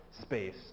space